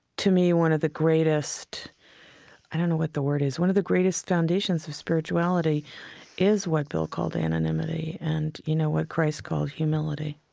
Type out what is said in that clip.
to me, one of the greatest i don't know what the word is one of the greatest foundations of spirituality is what bill called anonymity and, you know, what christ called humility.